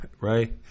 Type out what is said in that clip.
right